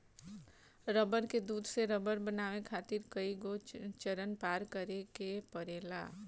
रबड़ के दूध से रबड़ बनावे खातिर कईगो चरण पार करे के पड़ेला